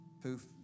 poof